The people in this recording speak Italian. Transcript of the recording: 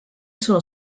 sono